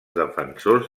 defensors